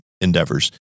endeavors